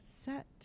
set